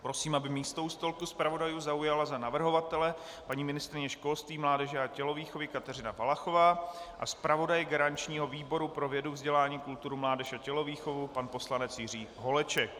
Prosím, aby místo o stolku zpravodajů zaujala za navrhovatele paní ministryně školství, mládeže a tělovýchovy Kateřina Valachová a zpravodaj garančního výboru pro vědu, vzdělání, kulturu, mládež a tělovýchovu pan poslanec Jiří Holeček.